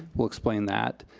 we'll explain that.